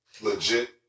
legit